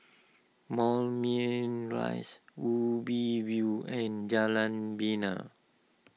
Moulmein Rise Ubi View and Jalan Bena